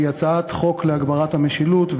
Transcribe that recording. שהיא הצעת חוק להגברת המשילות,